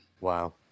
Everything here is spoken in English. Wow